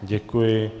Děkuji.